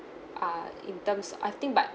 uh in terms I think but